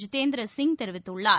இதேந்திர சிங் தெரிவித்துள்ளார்